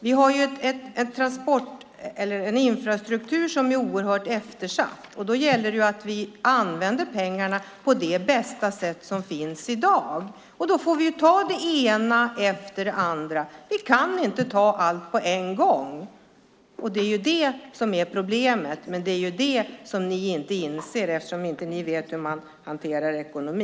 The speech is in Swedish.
Vi har en infrastruktur som är oerhört eftersatt. Då gäller det att vi använder pengarna på det bästa sätt som finns i dag. Vi får ta det ena efter det andra. Vi kan inte ta allt på en gång. Det är det som är problemet, men det är det som ni inte inser, eftersom ni inte vet hur man hanterar ekonomi.